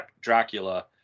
Dracula